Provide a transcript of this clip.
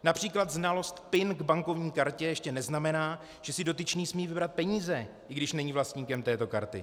Například znalost PIN k bankovní kartě ještě neznamená, že si dotyčný smí vybrat peníze, i když není vlastníkem této karty.